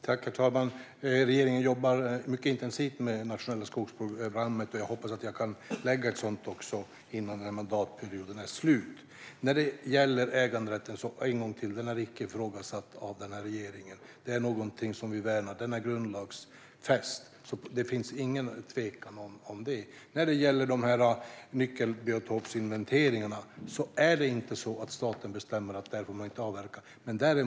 Herr talman! Regeringen jobbar mycket intensivt med det nationella skogsprogrammet. Jag hoppas att jag kan lägga fram ett sådant innan mandatperioden är slut. När det gäller äganderätten tar jag det en gång till: Den är icke ifrågasatt av regeringen, utan vi värnar den. Den är grundlagsfäst. Det finns alltså ingen tvekan om det. Angående nyckelbiotopsinventeringarna har staten inte bestämt att man inte får avverka där.